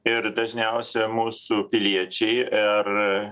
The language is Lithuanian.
ir dažniausia mūsų piliečiai ir